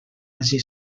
hagi